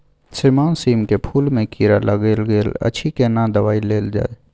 श्रीमान सीम के फूल में कीरा लाईग गेल अछि केना दवाई देल जाय?